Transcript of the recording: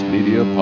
Media